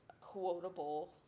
quotable